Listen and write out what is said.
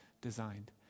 designed